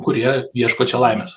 kurie ieško čia laimės